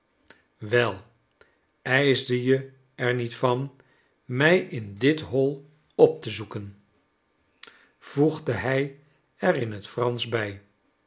wel ijsde je er niet van mij in dit hol op te zoeken voegde hij er in het fransch bij